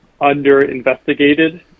under-investigated